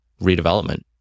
redevelopment